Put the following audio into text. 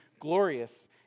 glorious